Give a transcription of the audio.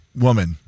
woman